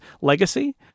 legacy